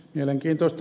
mielenkiintoista